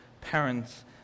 parents